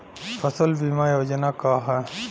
फसल बीमा योजना का ह?